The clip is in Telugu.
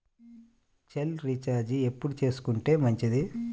సెల్ రీఛార్జి ఎప్పుడు చేసుకొంటే మంచిది?